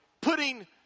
putting